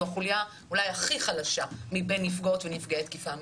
זו החוליה אולי הכי חלשה מבין נפגעות ונפגעי תקיפה מינית.